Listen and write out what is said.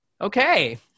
Okay